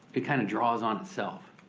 it kinda draws on itself.